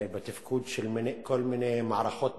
בתפקוד של כל מיני מערכות בגוף,